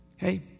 Hey